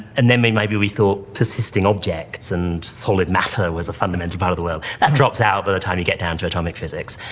and then maybe we thought persisting objects and solid matter was a fundamental part of the world. that drops out by the time you get down to atomic physics.